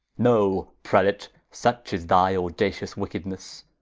no prelate, such is thy audacious wickednesse,